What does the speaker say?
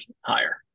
higher